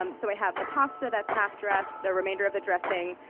um so i have the pasta that's half-dressed, the remainder of the dressing,